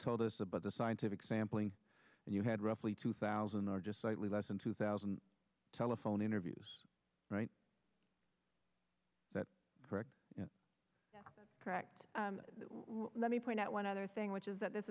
told us about the scientific sampling and you had roughly two thousand or just slightly less than two thousand telephone interviews right that correct correct me point out one other thing which is that this